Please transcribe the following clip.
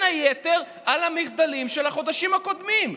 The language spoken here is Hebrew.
היתר על המחדלים של החודשים הקודמים.